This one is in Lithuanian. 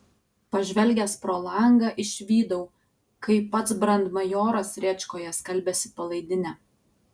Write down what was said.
pažvelgęs pro langą išvydau kaip pats brandmajoras rėčkoje skalbiasi palaidinę